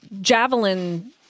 javelin